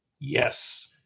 Yes